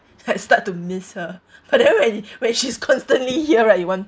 I start to miss her but then when when she's constantly here right you want